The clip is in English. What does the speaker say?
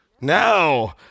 no